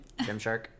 Gymshark